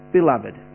Beloved